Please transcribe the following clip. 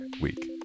week